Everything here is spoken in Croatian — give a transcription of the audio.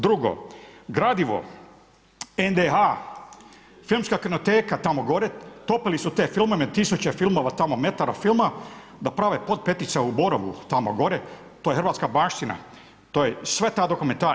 Drugo, gradivo NDH, filmska kinoteka, tamo gore, topili smo te filmove 1000 filmove, tamo metar filma, da prave pod petica u Borovu, tamo gore, to je hrvatska baština, to je sve ta dokumentar.